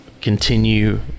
continue